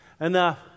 enough